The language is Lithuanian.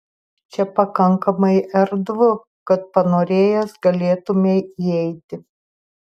čia pakankamai erdvu kad panorėjęs galėtumei įeiti